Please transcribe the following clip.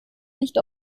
nicht